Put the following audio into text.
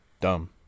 dumb